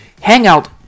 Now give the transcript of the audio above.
Hangout